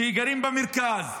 שגרים במרכז,